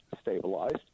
stabilized